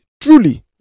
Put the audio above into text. truly